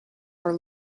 are